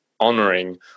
honoring